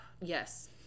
Yes